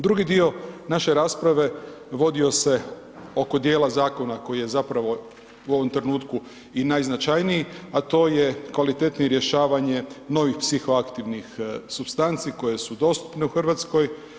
Drugi dio naše rasprave vodio se oko dijela zakona koji je zapravo u ovom trenutku i najznačajniji, a to je kvalitetnije rješavanje novih psihoaktivnih supstanci koje su dostupne u Hrvatskoj.